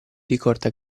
ricorda